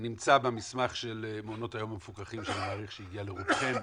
נמצא במסמך של מעונות היום המפוקחים שאני מעריך שהגיע לרובכם,